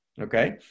Okay